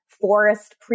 Forest